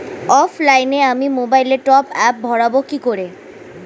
অফলাইনে আমি মোবাইলে টপআপ ভরাবো কি করে?